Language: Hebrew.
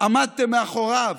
עמדתם מאחוריו.